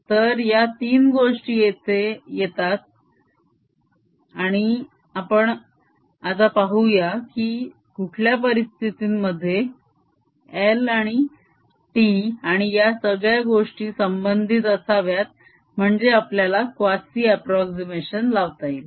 तर या तीन गोष्टी तेथे आहेत आणि आपण आता पाहूया की कुठल्या परिस्थितींमध्ये l आणि τ आणि या सगळ्या गोष्टी संबंधित असाव्यात म्हणजे आपल्याला क़्वासि अप्रोक्झीमेशन लावता येईल